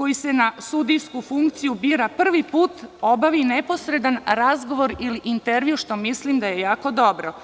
koji se na sudijsku funkciju bira prvi put obavi neposredan razgovor ili intervju, što mislim da je jako dobro.